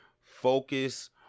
Focus